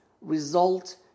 result